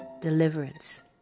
deliverance